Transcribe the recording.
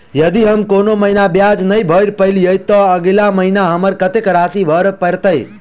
यदि हम कोनो महीना ब्याज नहि भर पेलीअइ, तऽ अगिला महीना हमरा कत्तेक राशि भर पड़तय?